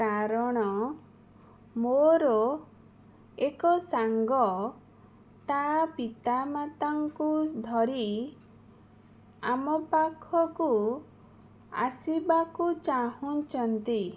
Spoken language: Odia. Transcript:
କାରଣ ମୋର ଏକ ସାଙ୍ଗ ତା ପିତାମାତାଙ୍କୁ ଧରି ଆମ ପାଖକୁ ଆସିବାକୁ ଚାହୁଁଛନ୍ତି